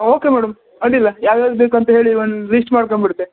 okay madam ಅಡ್ಡಿ ಇಲ್ಲ ಯಾವ್ದು ಯಾವ್ದು ಬೇಕು ಅಂತ ಹೇಳಿ ಒಂದು ಲೀಸ್ಟ್ ಮಾಡ್ಕೊಂಡ್ಬಿಡ್ತೆ